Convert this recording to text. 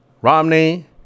Romney